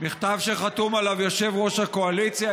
מכתב שחתום עליו יושב-ראש הקואליציה,